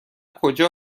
کجا